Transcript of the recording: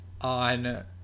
on